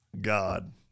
God